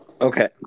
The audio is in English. Okay